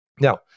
Now